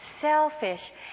selfish